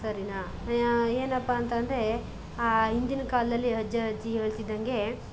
ಸರಿನಾ ಏನಪ್ಪ ಅಂತಂದ್ರೆ ಹಿಂದಿನ ಕಾಲದಲ್ಲಿ ಅಜ್ಜ ಅಜ್ಜಿ ಹೇಳ್ತಿದ್ದಂತೆ